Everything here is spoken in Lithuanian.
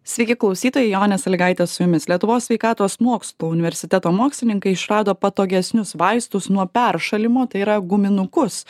sveiki klausytojai jonė salygaitė su jumis lietuvos sveikatos mokslų universiteto mokslininkai išrado patogesnius vaistus nuo peršalimo tai yra guminukus